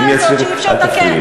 מאיפה הקביעה הזאת שאי-אפשר לתקן?